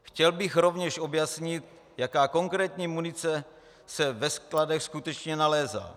Chtěl bych rovněž objasnit, jaká konkrétní munice se ve skladech skutečně nalézá.